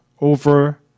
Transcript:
over